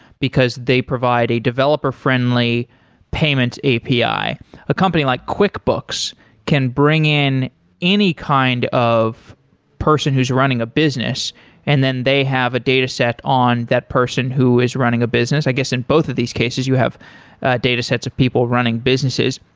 because they provide a developer friendly payments api. a company like quickbooks can bring in any kind of person who's running a business and then they have a data set on that person who is running a business. i guess, in both of these cases you have data sets of people running businesses.